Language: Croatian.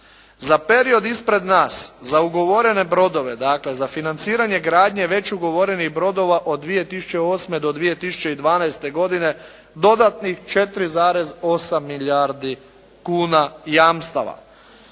Za period ispred nas za ugovorene brodove, dakle za financiranje gradnje već ugovorenih brodova od 2008. do 2012. godine dodatnih 4,8 milijardi kuna jamstava.